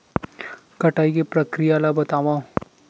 कटाई के प्रक्रिया ला बतावव?